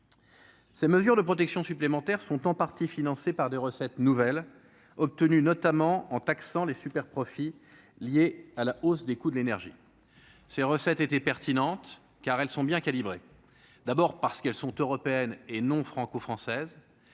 Ces mesures de protection supplémentaires sont en partie financées par des recettes nouvelles obtenues notamment en taxant les super-profits liés à la hausse des coûts de l'énergie, ces recettes étaient pertinentes car elles sont bien calibrées, d'abord parce qu'elles sont européennes et non franco-française,